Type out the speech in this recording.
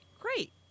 great